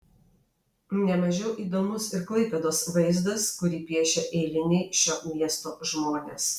ne mažiau įdomus ir klaipėdos vaizdas kurį piešia eiliniai šio miesto žmonės